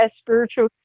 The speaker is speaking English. spiritual